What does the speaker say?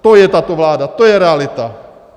To je tato vláda, to je realita.